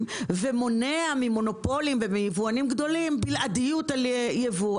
ומונע ממונופולים ומיבואנים גדולים בלעדיות על יבוא.